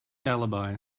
alibi